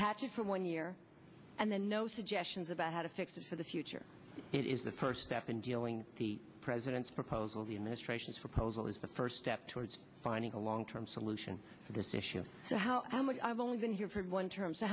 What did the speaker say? patches for one year and then no suggestions about how to fix it for the future it is the first step in dealing the president's proposal the administration's proposal is the first step towards finding a long term solution to this issue of how how much i've only been here for one term